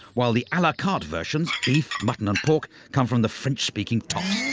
while the a la carte versions, beef mutton and pork come from the french-speaking tops,